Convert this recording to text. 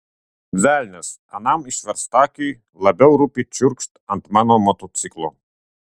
velnias anam išverstakiui labiau rūpi čiurkšt ant mano motociklo